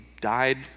died